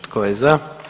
Tko je za?